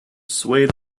swayed